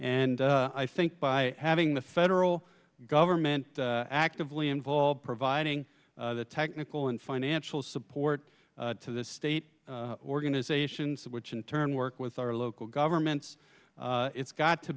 and i think by having the federal government actively involved providing the technical and financial support to the state organizations which in turn work with our local governments it's got to